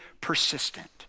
persistent